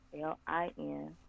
L-I-N